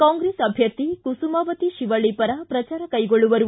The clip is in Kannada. ಕಾಂಗ್ರೆಸ್ ಅಭ್ಯರ್ಥಿ ಕುಸುಮಾವತಿ ಶಿವಲ್ಲಿ ಪರ ಪ್ರಚಾರ ಕೈಗೊಳ್ಳುವರು